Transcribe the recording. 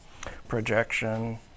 projection